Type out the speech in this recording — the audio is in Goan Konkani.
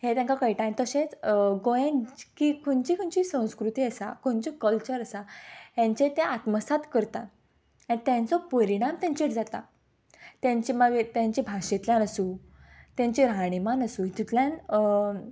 हें तांकां कळटा तशेंच गोंय खंयची खंयची संस्कृती आसा खंयचो कल्चर आसा हेंचे आत्मसात करता तांचो परिणाम तांचेर जाता तेंचे मागीर तांचे भाशेंतल्यान आसूं तांचे राहणीमान आसूं हितूंतल्यान